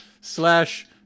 slash